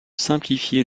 simplifier